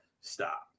stop